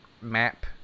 map